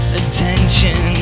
attention